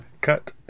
Cut